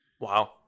Wow